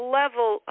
level